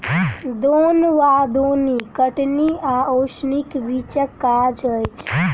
दौन वा दौनी कटनी आ ओसौनीक बीचक काज अछि